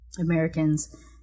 Americans